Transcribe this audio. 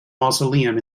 mausoleum